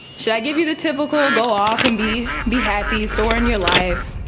should i give you the typical go off and be be happy, soar in your life,